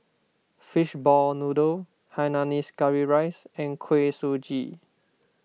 Fishball Noodle Hainanese Curry Rice and Kuih Suji